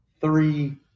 three